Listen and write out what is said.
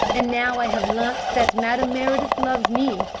and now i have learnt that madame meredith loves me.